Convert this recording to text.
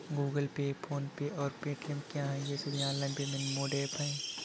Google Pay PhonePe और Paytm क्या ये सभी ऑनलाइन पेमेंट मोड ऐप हैं?